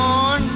on